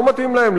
לא מתאים להם,